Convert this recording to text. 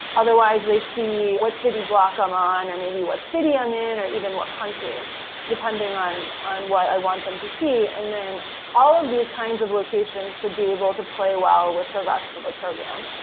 otherwise, they see what city block i'm on, or maybe what city i'm in, or even what country depending on on what i want them to see. and all of these kinds of locations should be able to play well with the rest of the program,